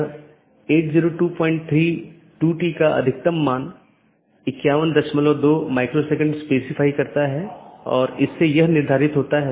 तो एक है optional transitive वैकल्पिक सकर्मक जिसका मतलब है यह वैकल्पिक है लेकिन यह पहचान नहीं सकता है लेकिन यह संचारित कर सकता है